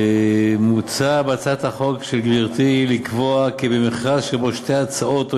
מוצע בהצעת החוק של גברתי לקבוע כי במכרז שבו שתי הצעות או